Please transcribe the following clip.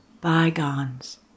bygones